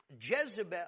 Jezebel